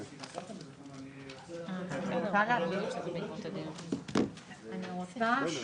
הישיבה ננעלה בשעה 13:30.